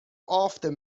after